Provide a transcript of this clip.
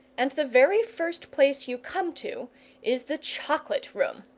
and the very first place you come to is the chocolate-room!